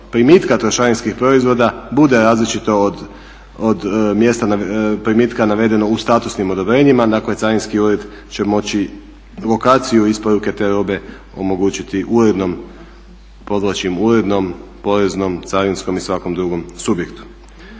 primitka trošarinskih proizvoda bude različito od mjesta primitka navedenog u statusnim odobrenjima, dakle carinski ured će moći lokaciju isporuke te robe omogućiti urednom, podvlačim urednom, poreznom, carinskom i svakom drugom subjektu.